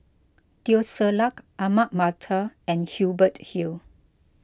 Teo Ser Luck Ahmad Mattar and Hubert Hill